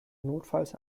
notfalls